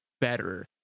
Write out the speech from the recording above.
better